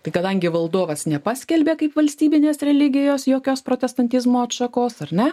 tai kadangi valdovas nepaskelbė kaip valstybinės religijos jokios protestantizmo atšakos ar ne